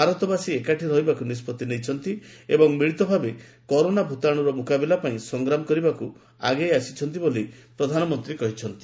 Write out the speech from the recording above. ଭାରତବାସୀ ଏକାଠି ରହିବାକୁ ନିଷ୍ପଭି ନେଇଛନ୍ତି ଏବଂ ମିଳିତ ଭାବେ କରୋନା ଭୂତାଣୁର ମୁକାବିଲା ପାଇଁ ସଂଗ୍ରାମ କରିବାକୁ ଆଗେଇ ଆସିଛନ୍ତି ବୋଲି ପ୍ରଧାନମନ୍ତ୍ରୀ କହିଛନ୍ତି